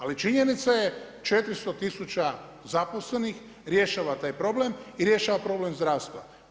Ali činjenica je 400 tisuća zaposlenih rješava taj problem i rješava problem zdravstva.